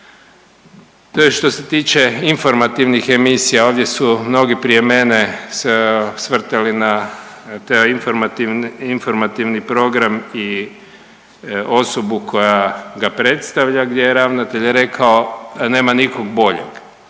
To je što se tiče informativnih emisija. Ovdje su mnogi prije mene se osvrtali na taj informativni program i osobu koja ga predstavlja gdje je ravnatelj rekao nema nikog boljeg.